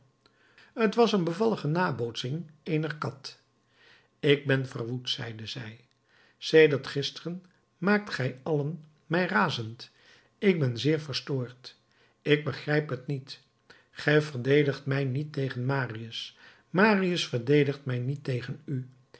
t was een bevallige nabootsing eener kat ik ben verwoed zeide zij sedert gisteren maakt gij allen mij razend ik ben zeer verstoord ik begrijp het niet gij verdedigt mij niet tegen marius marius verdedigt mij niet tegen u